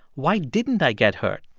why didn't i get hurt?